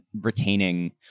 retaining